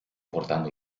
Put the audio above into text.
portando